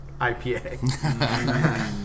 IPA